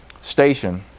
station